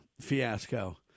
fiasco